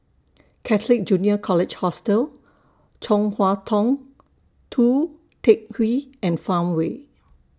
Catholic Junior College Hostel Chong Hua Tong Tou Teck Hwee and Farmway